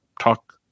talk